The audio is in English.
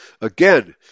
Again